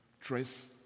trace